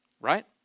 Right